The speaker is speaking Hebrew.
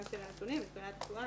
גם של הנתונים מבחינת תחלואה,